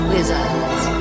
Wizards